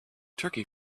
turkey